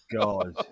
God